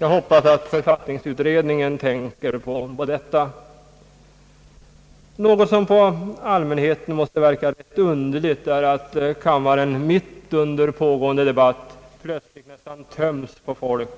Jag hoppas att författningsutredningen tänker på detta. Något som på allmänheten måste verka underligt är att kammaren mitt under pågående debatt plötsligt nästan töms på folk.